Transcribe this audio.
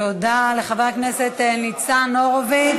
תודה לחבר הכנסת ניצן הורוביץ.